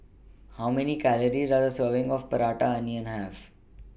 How Many Calories Does A Serving of Prata Onion Have